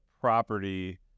property